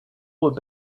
would